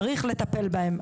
צריך לטפל בהם,